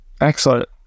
excellent